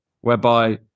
whereby